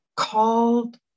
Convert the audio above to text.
called